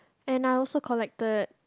and I also collected